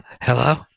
Hello